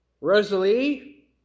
Rosalie